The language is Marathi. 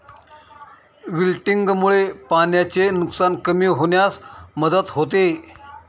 विल्टिंगमुळे पाण्याचे नुकसान कमी होण्यास मदत होते